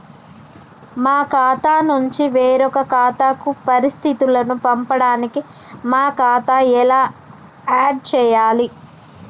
మా ఖాతా నుంచి వేరొక ఖాతాకు పరిస్థితులను పంపడానికి మా ఖాతా ఎలా ఆడ్ చేయాలి?